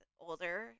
older